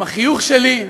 עם החיוך שלי,